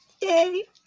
Yay